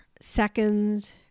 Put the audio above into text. seconds